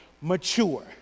mature